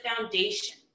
foundation